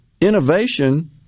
innovation